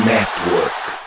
Network